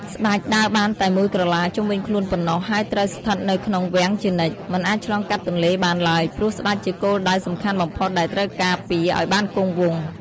ស្តេច ដើរបានតែមួយក្រឡាជុំវិញខ្លួនប៉ុណ្ណោះ ហើយត្រូវស្ថិតនៅក្នុង វាំង ជានិច្ច មិនអាចឆ្លងកាត់ទន្លេបានឡើយ ព្រោះស្តេចជាគោលដៅសំខាន់បំផុតដែលត្រូវការពារឱ្យបានគង់វង្ស។